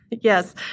Yes